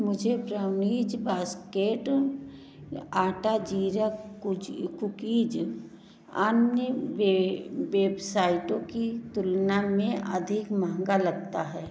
मुझे brownies basket आटा जीरा कुजी कुकीज आम्न बे बेबसाइटों की तुलना में अधिक महंगा लगता है